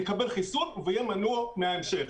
הוא יקבל חיסון ויהיה מנוע מן ההמשך.